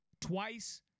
twice